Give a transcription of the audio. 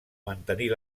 mantenir